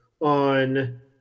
on